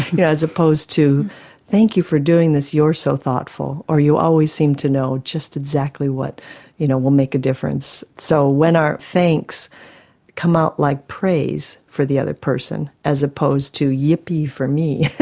but as opposed to thank you for doing this, you're so thoughtful', or you always seem to know just exactly what you know will make a difference. so when our thanks come out like praise for the other person as opposed to yippee for me,